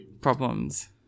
problems